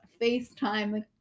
facetime